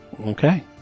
Okay